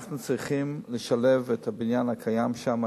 אנחנו צריכים לשלב את הבניין הקיים שם,